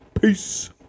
Peace